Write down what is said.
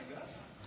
השתגעת?